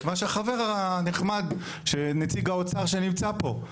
את מה שהחבר הנחמד , נציג האוצר שנמצא פה.